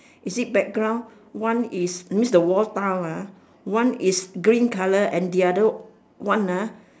is it background one is that means the wall tile ah one is green color and the other one ah